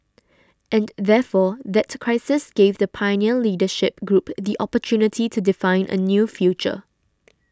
and therefore that crisis gave the pioneer leadership group the opportunity to define a new future